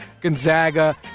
Gonzaga